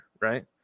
right